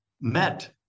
met